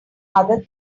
other